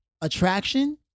attraction